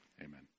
Amen